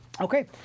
Okay